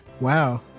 Wow